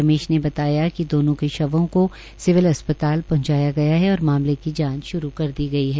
रमेश ने बताया बताया कि दोनों के शवों को सिविल अस्पताल पहंचाया गया और मामले की जांच श्रू कर दी है